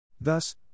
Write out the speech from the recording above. Thus